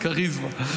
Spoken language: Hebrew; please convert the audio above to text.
כָּריזמה.